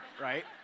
right